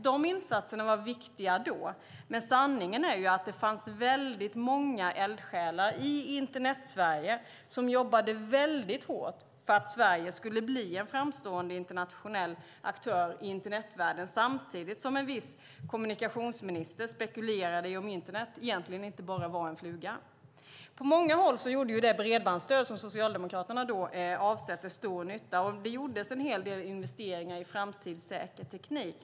De insatserna var viktiga då. Men sanningen är att det fanns väldigt många eldsjälar i Internetsverige som jobbade mycket hårt för att Sverige skulle bli en framstående internationell aktör i internetvärlden - detta samtidigt som en viss kommunikationsminister spekulerade i om internet egentligen inte bara var en fluga. På många håll gjorde det Socialdemokraterna avsatte till bredbandsstöd stor nytta. En hel del investeringar gjordes i framtidssäker teknik.